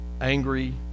angry